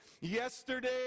yesterday